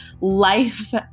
life